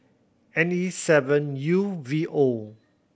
N E seven U V O